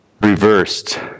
reversed